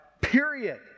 period